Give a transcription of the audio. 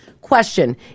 question